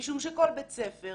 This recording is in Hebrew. משום שכל בית ספר,